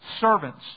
servants